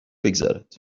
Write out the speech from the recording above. بگذرد